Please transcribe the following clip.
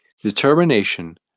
Determination